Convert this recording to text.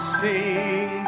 sing